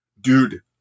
Dude